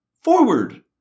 forward